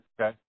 Okay